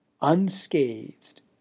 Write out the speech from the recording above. unscathed